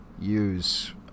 use